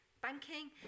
Banking